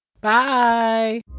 Bye